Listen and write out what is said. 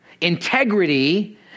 Integrity